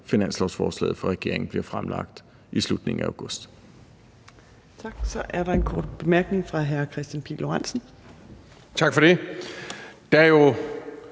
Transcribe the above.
finanslovsforslaget fra regeringen bliver fremlagt i slutningen af august.